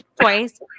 twice